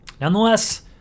nonetheless